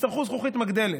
יצטרך זכוכית מגדלת.